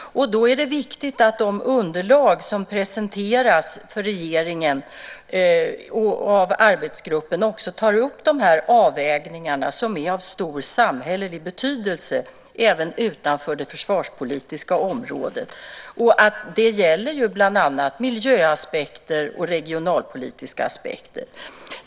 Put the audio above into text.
Det är då viktigt att de underlag som presenteras för regeringen av arbetsgruppen också tar upp de avvägningar som är av stor samhällelig betydelse även utanför det försvarspolitiska området. Det gäller bland annat miljöaspekter och regionalpolitiska aspekter.